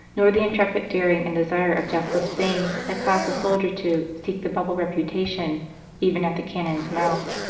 nor the intrepid daring and desire of deathless fame that causes the soldier to seek the bubble reputation even at the cannon s mouth,